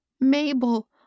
Mabel